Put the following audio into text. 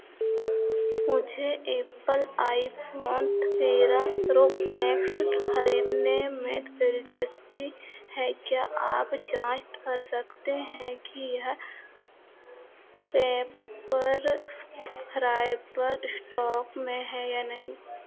मुझे Apple iPhone तेरह Pro Max खरीदने में दिलचस्पी है क्या आप जाँच कर सकते हैं कि यह पेपरफ्राइ पर इस्टॉक में है या नहीं